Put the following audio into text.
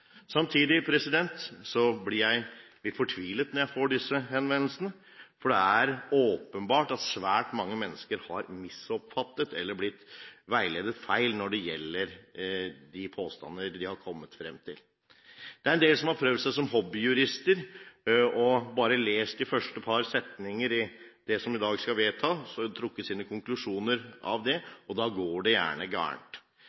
Samtidig blir jeg litt fortvilet når jeg får disse henvendelsene, for det er åpenbart at svært mange mennesker har misoppfattet eller har blitt veiledet feil når det gjelder de påstander de har kommet frem til. Det er en del som har prøvd seg som hobbyjurister og bare lest de første par setningene av det som vi i dag skal vedta, og trukket sine konklusjoner av